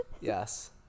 Yes